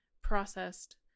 processed